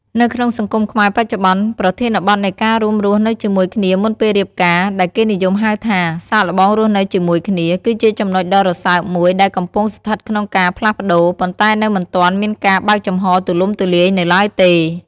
នៅក្នុងសង្គមខ្មែរបច្ចុប្បន្ន ប្រធានបទនៃការរួមរស់នៅជាមួយគ្នាមុនពេលរៀបការ ដែលគេនិយមហៅថា "សាកល្បងរស់នៅជាមួយគ្នា" គឺជាចំណុចដ៏រសើបមួយដែលកំពុងស្ថិតក្នុងការផ្លាស់ប្តូរ ប៉ុន្តែនៅមិនទាន់មានការបើកចំហរទូលំទូលាយនៅឡើយទេ។